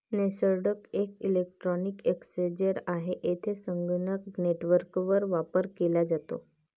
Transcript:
Nasdaq एक electronic exchange आहे, जेथे संगणक नेटवर्कवर व्यापार केला जातो